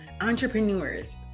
entrepreneurs